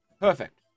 Perfect